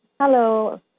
Hello